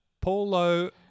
Paulo